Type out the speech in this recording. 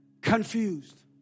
confused